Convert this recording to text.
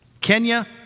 Kenya